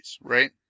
right